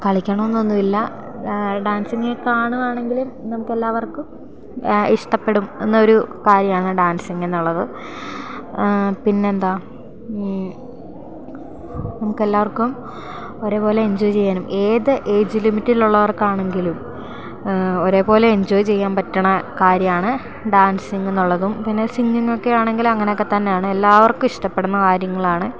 കളിക്കണമെന്നൊന്നുമില്ല dancing കാണുകയാണെങ്കിൽ നമുക്കെല്ലാവർക്കും ഇഷ്ടപ്പെടും എന്നൊരു കാര്യമാണ് ഡാൻസിങ്ങെന്നുള്ളത് പിന്നെയെന്താ നമുക്കെല്ലാവർക്കും ഒരേപോലെ എൻജോയ് ചെയ്യാനും ഏത് ഏയ്ജ് ലിമിറ്റിലുള്ളവർക്ക് ആണെങ്കിലും ഒരേപോലെ എഞ്ചോയ് ചെയ്യാൻ പറ്റണ കാര്യമാണ് ഡാൻസിങ്ങെന്നുള്ളതും പിന്നെ സിംഗിങ്ങൊക്കെ ആണെങ്കിലും അങ്ങനെയൊക്കെ തന്നെയാണ് എല്ലാവർക്കും ഇഷ്ടപ്പെടുന്ന കാര്യങ്ങളാണ്